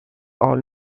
all